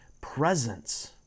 presence